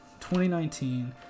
2019